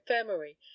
Infirmary